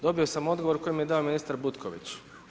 Dobio sam odgovor koji mi je dao ministar Butković.